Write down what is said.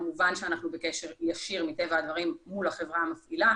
כמובן שאנחנו בקשר ישיר עם החברה המפעילה,